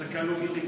הסקה לוגית,